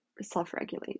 self-regulate